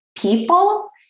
people